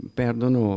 perdono